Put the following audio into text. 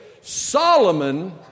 Solomon